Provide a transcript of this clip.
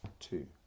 two